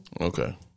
Okay